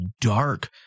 dark